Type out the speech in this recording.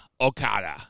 Okada